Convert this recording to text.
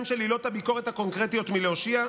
של עילות הביקורת הקונקרטיות מלהושיע?